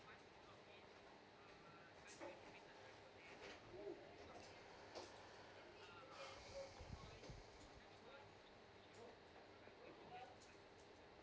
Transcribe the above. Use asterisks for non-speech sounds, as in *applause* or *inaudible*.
*breath*